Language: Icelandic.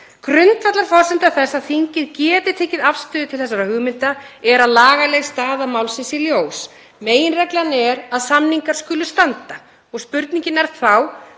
Grundvallarforsenda þess að þingið geti tekið afstöðu til þessara hugmynda er að lagaleg staða málsins sé ljós. Meginreglan er að samningar skuli standa og spurningin er þá